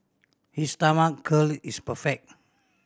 his curl is perfect